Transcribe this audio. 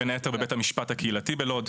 בין היתר בבית המשפט הקהילתי בלוד.